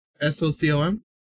S-O-C-O-M